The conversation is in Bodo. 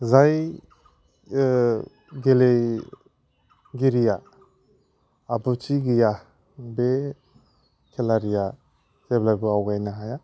जाय गेलेगिरिया आफ'थ्थि गैया बे खिलारिया जेब्लाबो आवगायनो हाया